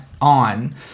on